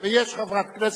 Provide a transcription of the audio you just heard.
לא יכולות לעזוב את המקומות.